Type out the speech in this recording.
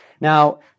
Now